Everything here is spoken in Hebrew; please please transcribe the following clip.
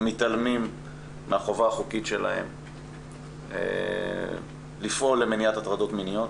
מתעלמים מהחובה החוקית שלהם לפעול למניעת הטרדות מיניות.